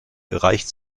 reicht